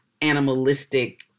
animalistic